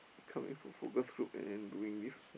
coming from focus group and doing this